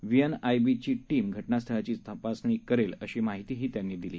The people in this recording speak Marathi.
व्हीएनआयबीची टीम घटनास्थळाची तपासणी करेल अशी माहितीही त्यांनी दिली